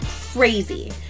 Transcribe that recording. crazy